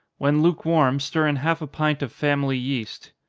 when lukewarm, stir in half a pint of family yeast,